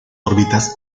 órbitas